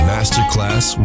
Masterclass